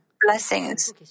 blessings